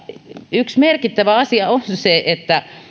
yksi merkittävä asia on se että